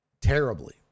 terribly